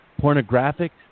pornographic